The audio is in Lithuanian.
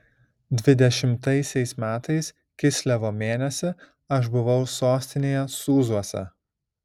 dvidešimtaisiais metais kislevo mėnesį aš buvau sostinėje sūzuose